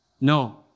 No